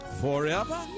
Forever